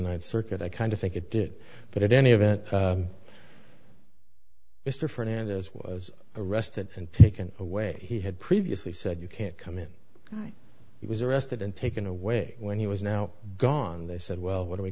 ninth circuit i kind of think it did but at any event mr fernandez was arrested and taken away he had previously said you can't come in he was arrested and taken away when he was now gone they said well what are we